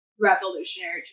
revolutionary